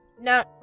No